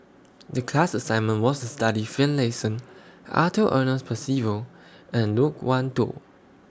The class assignment was to study Finlayson Arthur Ernest Percival and Loke Wan Tho